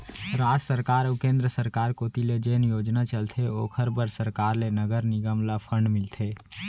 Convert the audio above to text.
राज सरकार अऊ केंद्र सरकार कोती ले जेन योजना चलथे ओखर बर सरकार ले नगर निगम ल फंड मिलथे